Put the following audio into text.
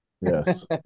Yes